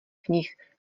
knih